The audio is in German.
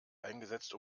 eingesetzt